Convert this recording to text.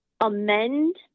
amend